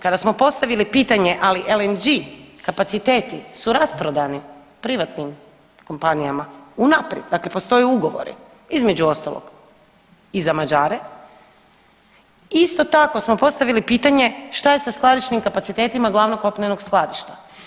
Kada smo postavili pitanje ali LNG kapaciteti su rasprodani privatnim kompanijama unaprijed, dakle postoje ugovori između ostalog i za Mađare, isto tako smo postavili pitanje šta je sa skladišnim kapacitetima glavnog kopnenog skladišta.